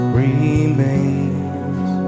remains